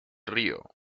río